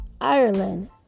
Ireland